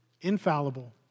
infallible